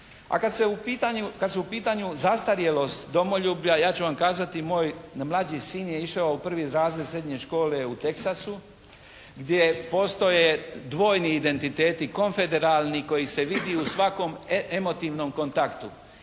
A kada su u pitanju zastarjelost domoljublja, ja ću vam kazati moj mlađi sin je išao u prvi razred srednje škole u Teksasu gdje postoje dvojni identiteti, konfederalni koji se vidi u svakom emotivnom kontaktu.